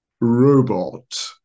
Robot